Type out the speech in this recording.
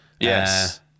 Yes